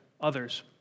others